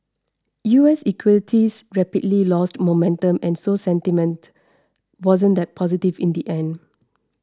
U S equities rapidly lost momentum and so sentiment wasn't that positive in the end